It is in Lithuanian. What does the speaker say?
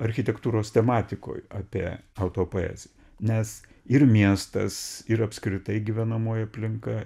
architektūros tematikoj apie autopoeziją nes ir miestas ir apskritai gyvenamoji aplinka